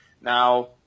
Now